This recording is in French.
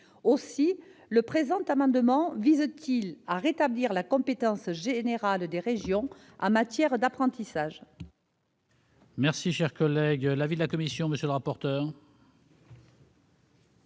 Aussi le présent amendement vise-t-il à rétablir la compétence générale des régions en matière d'apprentissage.